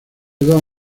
dos